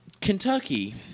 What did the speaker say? Kentucky